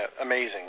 amazing